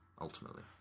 ultimately